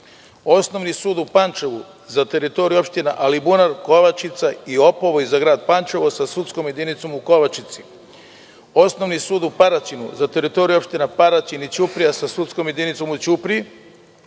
osnovni sud u Pančevu za teritoriju opštine Alibunar, Kovačica i Opovo i za Grad Pančevo sa sudskom jedinicom u Kovačici, osnovni sud u Paraćinu za teritoruju opštine Paraćin i Ćuprija sa sudskom jedinicom u Ćupriji